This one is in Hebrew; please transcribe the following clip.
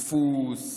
שילוט, דפוס,